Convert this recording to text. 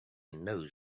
knows